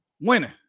winning